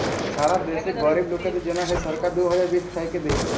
ছারা দ্যাশে গরীব লোকদের জ্যনহে সরকার দু হাজার বিশ থ্যাইকে দেই